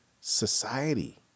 society